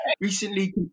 recently